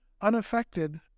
unaffected